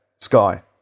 Sky